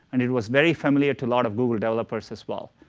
and it was very familiar to lot of google developers as well.